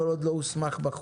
כל עוד הוא לא הוסמך בחוק.